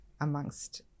amongst